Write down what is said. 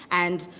and